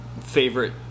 favorite